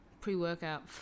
Pre-workout